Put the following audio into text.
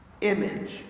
image